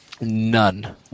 None